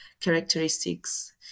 characteristics